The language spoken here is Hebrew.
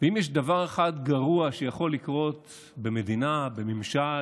ואם יש דבר אחד גרוע שיכול לקרות במדינה, בממשל,